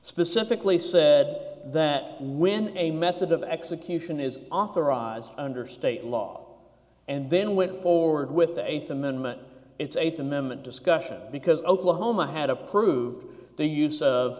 specifically said that when a method of execution is authorized under state law and then went forward with the eighth amendment it's eighth amendment discussion because oklahoma had approved the use of